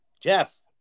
Jeff